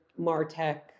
MarTech